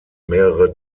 mehrere